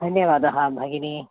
धन्यवादः भगिनी